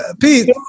Pete